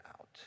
out